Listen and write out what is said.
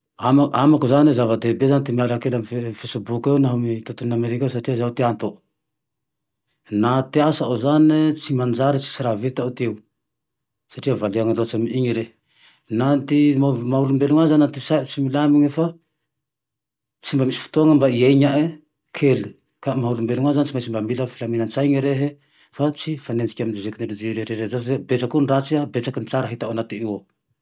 Ama, amako zane ny zava-dehibe zane ty miala kely ame fasikoby eo naho amy tontolo nomerika eo satria izao ty antony, na ty asao zane tsy manjary tsisy raha vitao ty eo, satria variany loatsy amy io rehe, naho ty maha olombelony ahy na ty sainy tsy milamina fa tsy mba misy fotoany mba iainane kely, ka my maha olombelony ahy zane tsy maintsy mba mila filaminan-tsainy rehe fa tsy mifanenjiky amy ze teknôlôjy rehetrarehetra zao satria betsaky koa ny ratsy, betsaky ny tsara hitanao anaty io ao